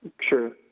Sure